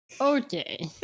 Okay